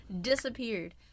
Disappeared